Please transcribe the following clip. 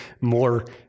more